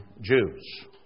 Jews